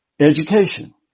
education